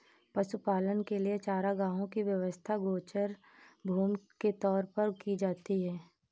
पशुपालन के लिए चारागाहों की व्यवस्था गोचर भूमि के तौर पर की जाती है